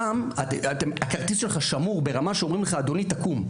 שם הכרטיס שלך שמור ברמה שאומרים לך, אדוני תקום.